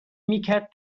میکرد